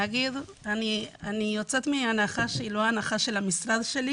אני יוצאת מהנחה שהיא לא הנחה של המשרד שלי